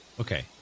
Okay